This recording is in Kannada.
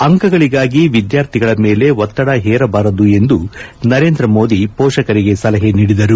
ಅಂಕಗಳಿಗಾಗಿ ವಿದ್ಯಾರ್ಥಿಗಳ ಮೇಲೆ ಒತ್ತಡ ಹೇರಬಾರದು ಎಂದು ನರೇಂದ್ರ ಮೋದಿ ಪೋಷಕರಿಗೆ ಸಲಹೆ ನೀಡಿದರು